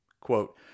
Quote